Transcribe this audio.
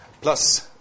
plus